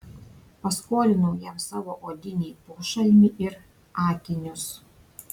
paskolinau jam savo odinį pošalmį ir akinius